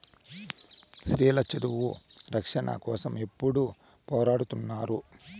స్త్రీల చదువు రక్షణ కోసం ఎప్పుడూ పోరాడుతున్నారు